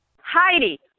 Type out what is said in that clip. heidi